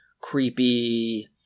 creepy